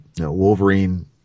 Wolverine